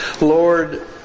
Lord